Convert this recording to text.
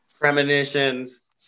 premonitions